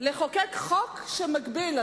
לחוקק חוק שמגביל,